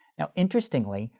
now interestingly,